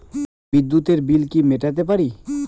বিদ্যুতের বিল কি মেটাতে পারি?